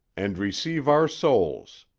and receive our souls